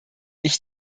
ich